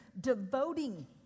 devoting